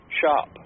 shop